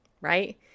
Right